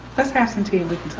let's have some tea and